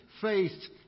faced